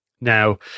Now